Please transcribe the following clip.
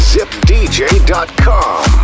ZipDJ.com